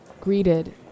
greeted